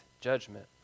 judgment